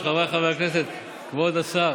היושבת-ראש, חבריי חברי הכנסת, כבוד השר,